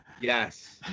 yes